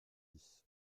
dix